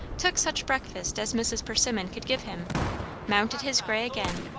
took such breakfast as mrs. persimmon could give him mounted his grey again,